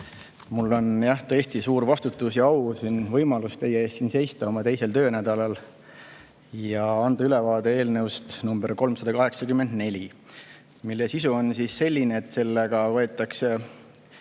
Mul on jah tõesti suur vastutus ja au siin teie ees siin seista oma teisel töönädalal ja anda ülevaade eelnõust nr 384, mille sisu on selline, et sellega võetakse